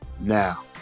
now